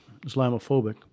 Islamophobic